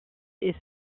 est